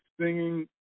singing